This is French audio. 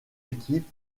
équipe